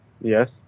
Yes